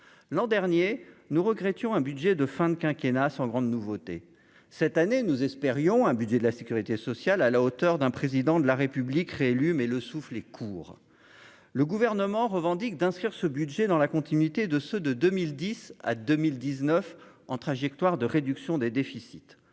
l'an dernier, nous regrettons un budget de fin de quinquennat sans grande nouveauté cette année, nous espérions un budget de la Sécurité sociale à la hauteur d'un président de la République réélu mais le souffle est court, le gouvernement revendique d'inscrire ce budget dans la continuité de ce de 2010 à 2000 19 ans trajectoire de réduction des déficits,